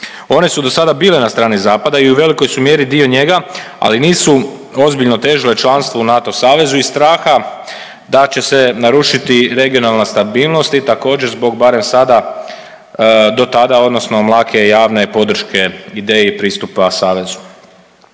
One su do sada bile na strani Zapada i u velikoj su mjeri dio njega, ali nisu ozbiljno težile članstvu u NATO savezu iz straha da će se narušiti regionalna stabilnost i također, zbog barem sada, do tada odnosno mlake javne podrške ideji pristupa savezu.